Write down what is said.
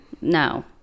No